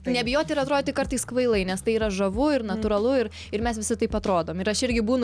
nebijoti ir atrodyti kartais kvailai nes tai yra žavu ir natūralu ir ir mes visi taip atrodom ir aš irgi būnu